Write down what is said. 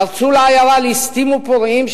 פרצו לעיירה ליסטים ופורעים,